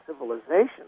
civilization